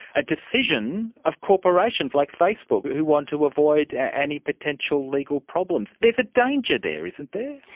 a decision of corporations like facebook who want to avoid any potential legal problems. there is a danger there, isn't there?